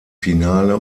finale